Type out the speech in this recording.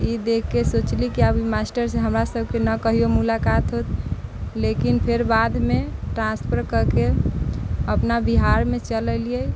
ई देखिके सोचली कि आब ई मास्टरसँ हमरा सबके नहि कहिऔ मुलाकात हैत लेकिन फेर बादमे ट्रान्सफर कऽ कऽ अपना बिहारमे चलि एलिए